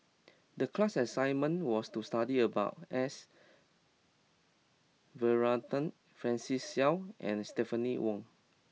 the class assignment was to study about S Varathan Francis Seow and Stephanie Wong